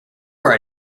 are